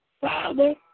Father